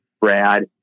Brad